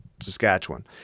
Saskatchewan